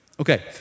Okay